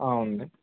ఉంది